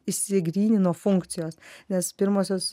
išsigrynino funkcijos nes pirmosios